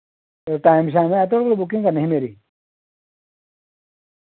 time शाइम ऐ थुआढ़े कोल बुकिंग करनी ही मेरी